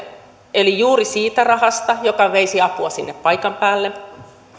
eli juuri siitä rahasta joka veisi apua sinne paikan päälle